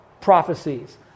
prophecies